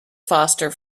foster